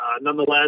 nonetheless